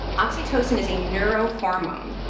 oxytocin is a neuro-hormone.